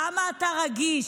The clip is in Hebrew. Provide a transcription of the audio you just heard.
כמה אתה רגיש,